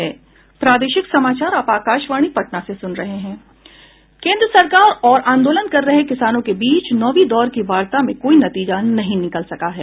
केन्द्र सरकार और आंदोलन कर रहे किसानों के बीच नौंवीं दौर की वार्ता में कोई नतिजा नहीं निकल सका है